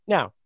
Now